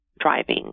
driving